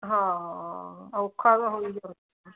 ਹਾਂ ਔਖਾ ਤਾਂ ਹੋਈ ਜਾਂਦਾ